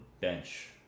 bench